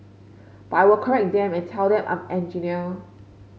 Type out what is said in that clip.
but I will correct them and tell them I'm engineer